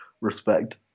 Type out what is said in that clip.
respect